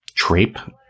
Trape